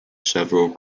several